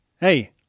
Hey